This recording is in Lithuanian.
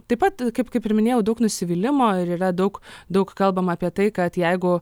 taip pat kaip kaip ir minėjau daug nusivylimo ir yra daug daug kalbama apie tai kad jeigu